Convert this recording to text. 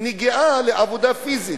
נגיעה בעבודה פיזית.